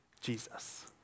Jesus